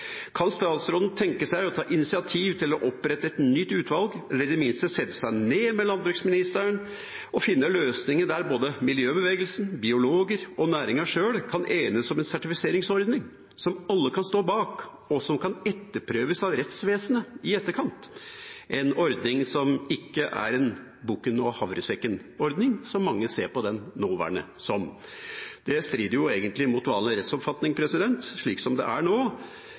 Kan statsråden tenke seg å ta initiativ til å opprette et nytt utvalg, eller i det minste sette seg ned med landbruksministeren og finne løsninger der både miljøbevegelsen, biologer og næringen sjøl kan enes om en sertifiseringsordning som alle kan stå bak, og som kan etterprøves av rettsvesenet i etterkant, en ordning som ikke er en bukken-og-havresekken-ordning, som mange ser på den nåværende som? Det strider jo egentlig mot vanlig rettsoppfatning slik som det er nå.